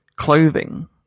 Clothing